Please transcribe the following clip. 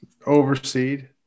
overseed